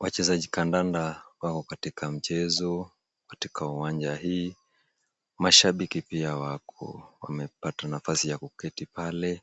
Wachezaji kandanda wako katika mchezo katika uwanja hii. Mashabiki pia wako wamepata nafasi ya kuketi pale.